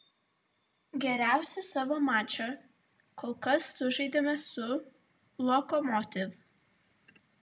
geriausią savo mačą kol kas sužaidėme su lokomotiv